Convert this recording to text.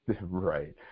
Right